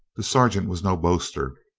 the sergeant was no boaster.